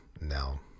now